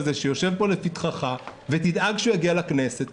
הזאת שיושבת פה לפתחך ותדאג שהיא תגיע לכנסת.